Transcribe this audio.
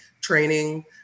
training